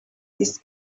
this